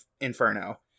inferno